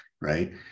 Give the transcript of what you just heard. right